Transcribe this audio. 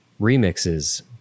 Remixes